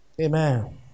Amen